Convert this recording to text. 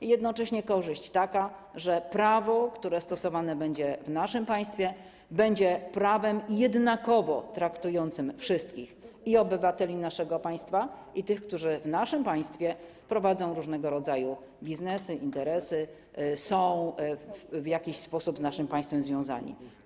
Płynie z tego taka korzyść, że prawo, które stosowane będzie w naszym państwie, będzie prawem jednakowo traktującym wszystkich, że obywateli naszego państwa, i tych, którzy w naszym państwie prowadzą różnego rodzaju biznesy, interesy, są w jakiś sposób z naszym państwem związani.